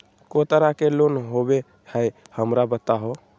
को तरह के लोन होवे हय, हमरा बताबो?